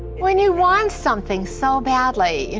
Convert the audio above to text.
when you want something so badly, and